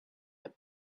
that